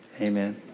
Amen